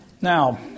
Now